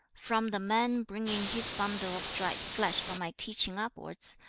from the man bringing his bundle of dried flesh for my teaching upwards,